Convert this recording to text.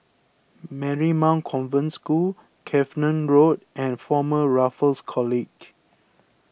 Marymount Convent School Cavenagh Road and Former Raffles College